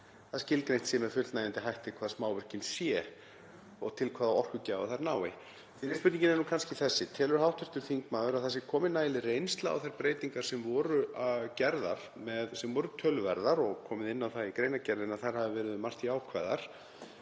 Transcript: að skilgreint sé með fullnægjandi hætti hvað smávirkjanir séu og til hvaða orkugjafa þær nái. Fyrri spurningin er kannski þessi: Telur hv. þingmaður að það sé komin nægileg reynsla á þær breytingar sem voru gerðar? Þær voru töluverðar og er komið inn á það í greinargerðinni að þær hafi verið um margt jákvæðar.